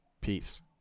Peace